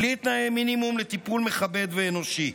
בלי תנאי מינימום לטיפול מכבד ואנושי.